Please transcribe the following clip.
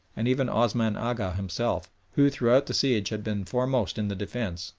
and even osman agha himself, who throughout the siege had been foremost in the defence,